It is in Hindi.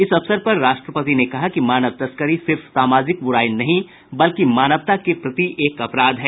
इस अवसर पर राष्ट्रपति ने कहा कि मानव तस्करी सिर्फ सामाजिक ब्राई नहीं बल्कि मानवता के प्रति एक अपराध है